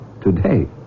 Today